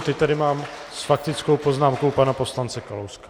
Teď tady mám s faktickou poznámkou pana poslance Kalouska.